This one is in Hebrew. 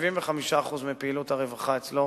75% מפעילות הרווחה אצלו